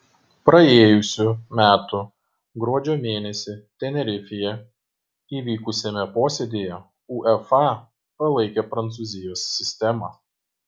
praėjusių metų gruodžio mėnesį tenerifėje įvykusiame posėdyje uefa palaikė prancūzijos sistemą